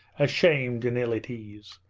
ashamed and ill at ease.